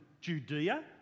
Judea